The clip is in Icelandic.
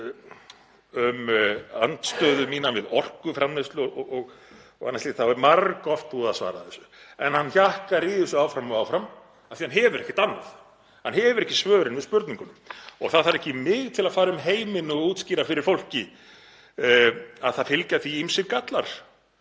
um andstöðu mína við orkuframleiðslu og annað slíkt þá er margoft búið að svara því. En hann hjakkar í þessu aftur og aftur af því að hann hefur ekkert annað, hann hefur ekki svörin við spurningunum. Það þarf ekki mig til að fara um heiminn og útskýra fyrir fólki að það fylgja því ýmsir gallar